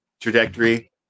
trajectory